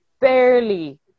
barely